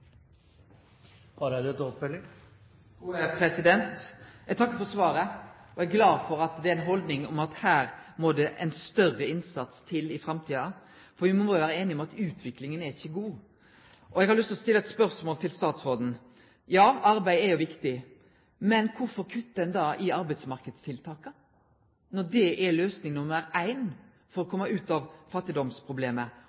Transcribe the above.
Eg takkar for svaret og er glad for at ein har den holdninga at her må det større innsats til i framtida, for me må vel vere einige om at utviklinga er ikkje god. Eg har lyst til å stille eit spørsmål til statsråden. Ja, arbeid er viktig, men kvifor kuttar ein da i arbeidsmarknadstiltaka, når det er løysing nr. 1 for å